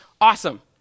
Awesome